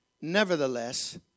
Nevertheless